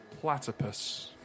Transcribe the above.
Platypus